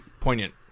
poignant